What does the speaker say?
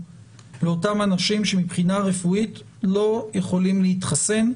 לאותם אנשים שמבחינה רפואית לא יכולים להתחסן.